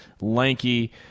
lanky